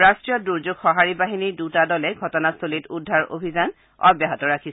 ৰাষ্ট্ৰীয় দুৰ্যোগ সহাৰি বাহিনীৰ দুটা দলে ঘটনাস্থলীত উদ্ধাৰ কাৰ্য অব্যাহত ৰাখিছে